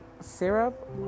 syrup